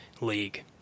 league